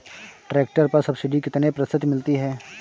Tractor पर subsidy कितने प्रतिशत मिलती है?